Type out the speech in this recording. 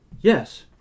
yes